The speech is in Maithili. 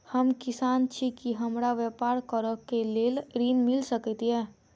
हम किसान छी की हमरा ब्यपार करऽ केँ लेल ऋण मिल सकैत ये?